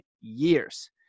years